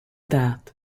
that